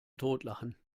totlachen